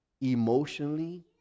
emotionally